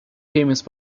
famous